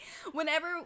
Whenever